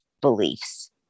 beliefs